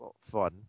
fun